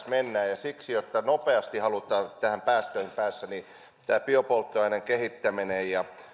mennään siksi jos nopeasti halutaan näihin päästöihin päästä biopolttoaineen kehittäminen ja